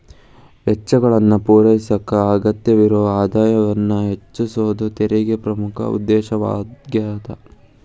ವೆಚ್ಚಗಳನ್ನ ಪೂರೈಸಕ ಅಗತ್ಯವಿರೊ ಆದಾಯವನ್ನ ಹೆಚ್ಚಿಸೋದ ತೆರಿಗೆ ಪ್ರಮುಖ ಉದ್ದೇಶವಾಗ್ಯಾದ